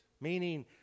meaning